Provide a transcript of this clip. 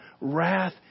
wrath